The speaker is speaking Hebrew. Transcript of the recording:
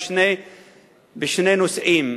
בשני נושאים,